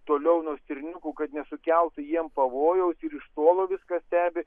toliau nuo stirniukų kad nesukeltų jiem pavojaus ir iš tolo viską stebi